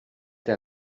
der